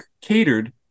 catered